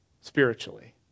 spiritually